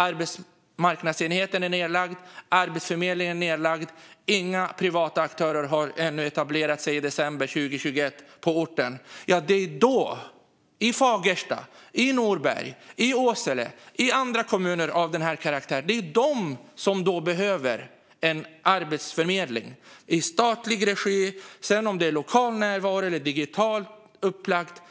Arbetsmarknadsenheten är nedlagd, Arbetsförmedlingen är nedlagd och inga privata aktörer hade ännu etablerat sig i december 2021 på orten. Det är där, i Fagersta, i Norberg, i Åsele och i andra kommuner, man behöver en arbetsförmedling i statlig regi. Om det sedan är lokal närvaro eller digitalt upplagt